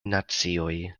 nacioj